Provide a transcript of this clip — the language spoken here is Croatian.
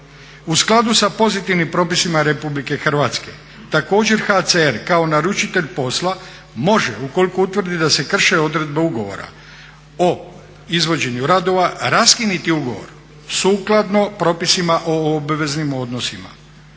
U skladu sa pozitivnim propisima RH također HCR kao naručitelj posla može ukoliko utvrdi da se krše odredbe ugovora o izvođenju radova raskinuti ugovor sukladno propisima o obveznim odnosima.